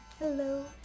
Hello